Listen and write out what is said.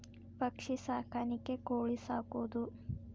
ಪಕ್ಷಿ ಸಾಕಾಣಿಕೆ ಕೋಳಿ ಸಾಕುದು